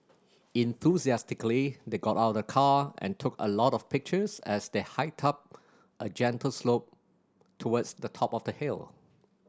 enthusiastically they got out of the car and took a lot of pictures as they hiked up a gentle slope towards the top of the hill